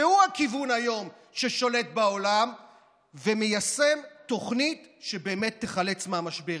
שהוא הכיוון היום ששולט בעולם ומיישם תוכנית שבאמת תחלץ מהמשבר.